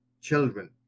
children